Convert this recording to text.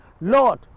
Lord